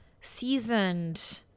seasoned